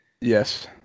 Yes